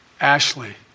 Ashley